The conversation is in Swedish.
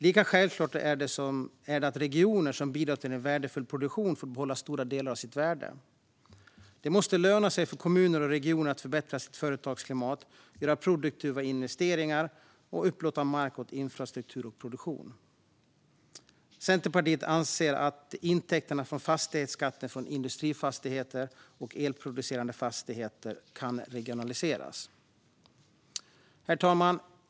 Lika självklart är det att regioner som bidrar med värdefull produktion ska få behålla stora delar av detta värde. Det måste löna sig för kommuner och regioner att förbättra sitt företagsklimat, göra produktiva investeringar och upplåta mark åt infrastruktur och produktion. Centerpartiet anser att intäkterna från fastighetsskatten för industrifastigheter och elproducerande fastigheter kan regionaliseras. Herr talman!